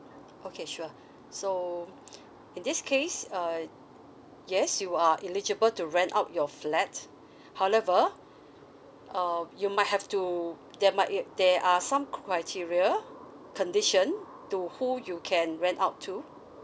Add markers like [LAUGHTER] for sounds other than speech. okay sure so [BREATH] in this case uh yes you are eligible to rent out your flat [BREATH] however uh you might have to there might it there are some criteria condition to who you can rent out to